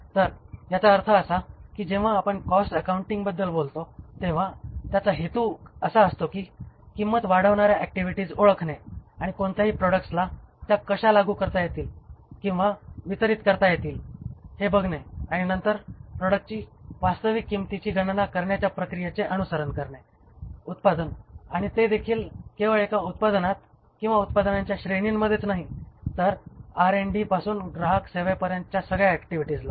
तर याचा अर्थ असा की जेव्हा आपण कॉस्ट अकाउंटिंगबद्दल बोलतो तेव्हा त्याचा हेतू असा असतो कि किंमत वाढवणाऱ्या ऍक्टिव्हिटीज ओळखणे आणि कोणत्याही प्रॉडक्ट्स ला त्या कशा लागू करता येईल किंवा वितरित करता येतील ते बघणे आणि नंतर प्रॉडक्टची वास्तविक किंमतीची गणना करण्याच्या प्रक्रियेचे अनुसरण करणे उत्पादन आणि ते देखील केवळ एका उत्पादनात किंवा उत्पादनांच्या श्रेणींमध्येच नाही तर आर अँड डी पासून ग्राहक सेवेपर्यंतच्या सगळ्या ऍक्टिव्हिटीजला